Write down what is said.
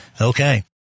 Okay